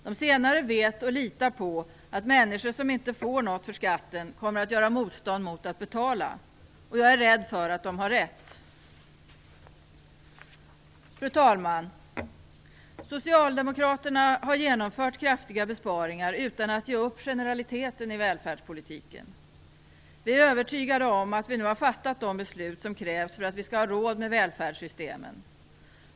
De senare vet och litar på att människor som inte får något för skatten kommer att göra motstånd mot att betala. Jag är rädd för att de har rätt. Fru talman! Socialdemokraterna har genomfört kraftiga besparingar utan att ge upp generaliteten i välfärdspolitiken. Vi är övertygade om att vi nu har fattat de beslut som krävs för att vi skall ha råd med välfärdssystemen.